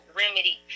remedy